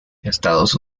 estados